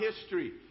history